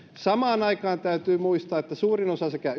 samaan aikaan täytyy muistaa että suurin osa sekä